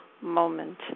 moment